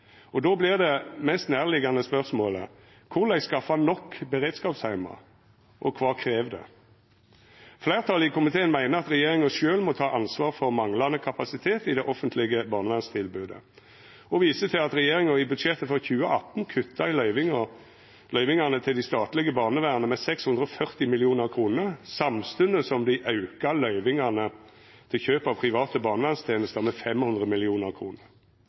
Og då vert det mest nærliggjande spørsmålet: Korleis skaffa nok beredskapsheimar, og kva krev det? Fleirtalet i komiteen meiner at regjeringa sjølv må ta ansvar for manglande kapasitet i det offentlege barnevernstilbodet og viser til at regjeringa i budsjettet for 2018 kutta i løyvingane til det statlege barnevernet med 640 mill. kr, samstundes som dei auka løyvingane til kjøp av private barnevernstenester med 500